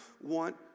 want